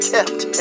kept